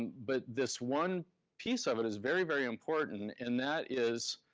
but this one piece of it is very, very important, and that is